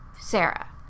Sarah